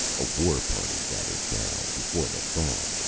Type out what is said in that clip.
a war party, gathered now, before the thaw.